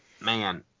Man